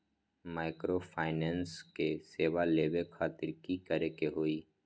Microfinance के सेवा लेबे खातीर की करे के होई?